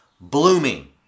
blooming